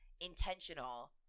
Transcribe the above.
intentional